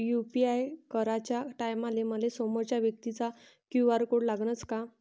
UPI कराच्या टायमाले मले समोरच्या व्यक्तीचा क्यू.आर कोड लागनच का?